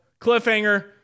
Cliffhanger